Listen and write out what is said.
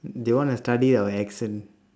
they wanna study our accent